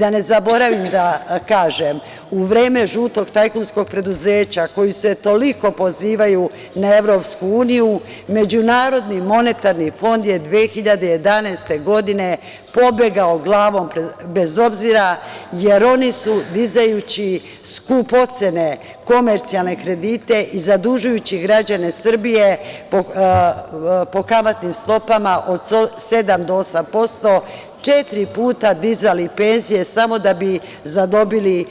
Da ne zaboravim da kažem, u vreme žutog tajkunskog preduzeća, koji se toliko pozivaju na EU, MMF je 2011. godine pobegao glavom bez obzira, jer oni su dizajući skupocene komercijalne kredite, zadužujući građane Srbije po kamatnim stopama od sedam do osam posto, četiri puta dizali penzije samo da bi zadobili